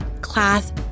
class